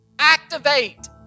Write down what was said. activate